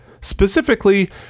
Specifically